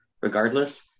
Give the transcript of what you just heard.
regardless